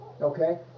okay